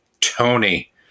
Tony